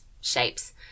shapes